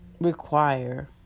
require